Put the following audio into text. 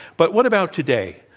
but what about today,